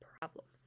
problems